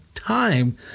time